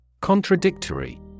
Contradictory